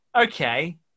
Okay